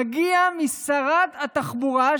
היא מגיעה משרת התחבורה,